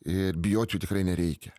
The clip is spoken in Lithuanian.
ir bijot jų tikrai nereikia